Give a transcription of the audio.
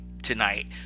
tonight